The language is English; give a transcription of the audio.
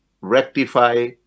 rectify